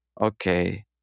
Okay